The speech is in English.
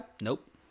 Nope